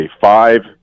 five